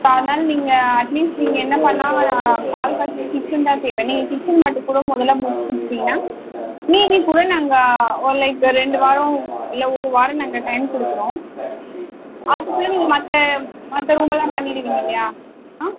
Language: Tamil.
ஸோ அதனால் நீங்கள் அட்லீஸ்ட் நீங்கள் என்ன பண்ணால் நான் பால் காய்ச்ச கிச்சன் தான் தேவை நீங்கள் கிச்சன் மட்டும்கூட முதல்ல முடித்து கொடுத்துடீங்கன்னா மீதி கூட நாங்கள் ஒரு லைக் ரெண்டு வாரம் இல்லை ஒரு வாரம் நாங்கள் டைம் கொடுக்குறோம் அதுக்குள்ளே நீங்கள் மற்ற மற்ற ரூமெல்லாம் பண்ணிவிடுவீங்கள்லயா ஆ